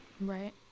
Right